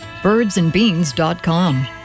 Birdsandbeans.com